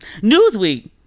Newsweek